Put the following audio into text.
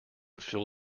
fill